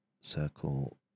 circle